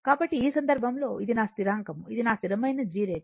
కాబట్టి ఈ సందర్భంలో ఇది నా స్థిరాంకం ఇది నా స్థిరమైన G రేఖ